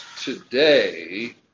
today